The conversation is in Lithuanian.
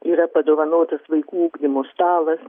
yra padovanotas vaikų ugdymo stalas